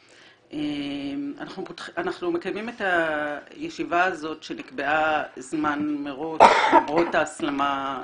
אנחנו מקיימים את הישיבה הזאת שנקבעה זמן מראש למרות ההסלמה בדרום,